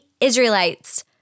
Israelites